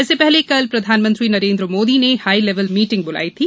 इससे पहले कल प्रधानमंत्री नरेंद्र मोदी ने हाईलेवल मीटिंग बुलाई थी